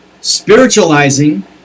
spiritualizing